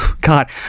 God